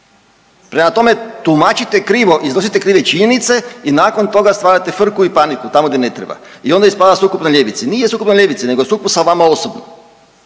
Prema tome, tumačite krivo, iznosite krive činjenice i nakon toga stvarate frku i paniku tamo gdje ne treba. I onda ispada sukob na ljevici, nije sukob na ljevici nego sukob sa vama osobno.